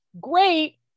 great